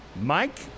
Mike